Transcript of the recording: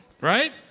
Right